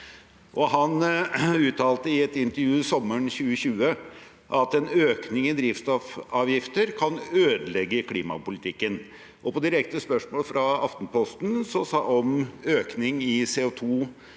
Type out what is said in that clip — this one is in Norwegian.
Han uttalte i et intervju sommeren 2020 at en økning i drivstoffavgifter kan ødelegge klimapolitikken. Og på direkte spørsmål fra Aftenposten om økning i